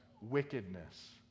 wickedness